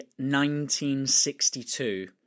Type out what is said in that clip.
1962